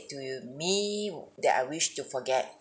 to you me that I wish to forget